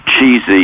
cheesy